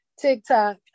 TikTok